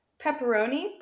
Pepperoni